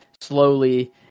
slowly